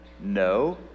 No